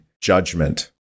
judgment